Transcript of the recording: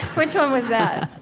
which one was that?